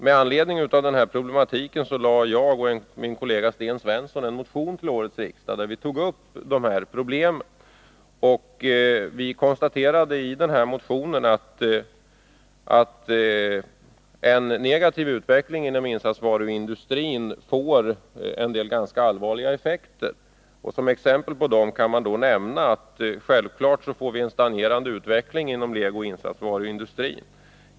Mot den bakgrunden har jag och min kollega Sten Svensson väckt en motion till årets riksmöte, i vilken vi tagit upp de här problemen. Vi har där konstaterat att en negativ utveckling inom insatsvaruindustrin får en del ganska allvarliga effekter. Som exempel kan nämnas att vi självfallet får en stagnerande utveckling inom legoindustrin och insatsvaruindustrin.